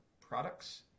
products